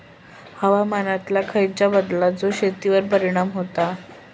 हवामानातल्या खयच्या बदलांचो शेतीवर परिणाम होता?